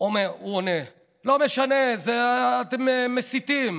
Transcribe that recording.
הוא עונה, לא משנה, אתם מסיתים,